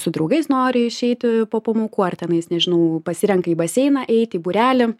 su draugais nori išeiti po pamokų ar tenais nežinau pasirenka į baseiną eiti į būrelį